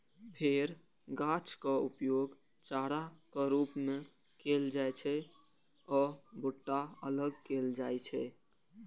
फेर गाछक उपयोग चाराक रूप मे कैल जाइ छै आ भुट्टा अलग कैल जाइ छै